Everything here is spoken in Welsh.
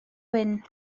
wyn